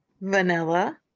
Vanilla